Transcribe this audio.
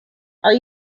are